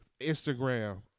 Instagram